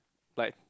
like